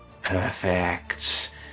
Perfect